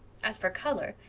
as for color,